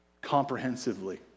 Comprehensively